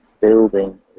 building